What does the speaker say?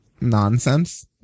Nonsense